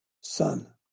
Son